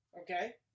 Okay